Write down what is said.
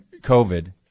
COVID